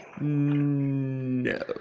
No